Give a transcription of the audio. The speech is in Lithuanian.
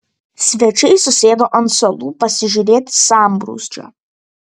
svečiai susėdo ant suolų pasižiūrėti sambrūzdžio